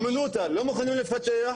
הימנותא לא מוכנים לפתח,